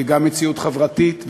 והיא גם מציאות חברתית,